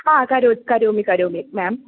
हा करो करोमि करोमि मेम्